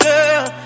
Girl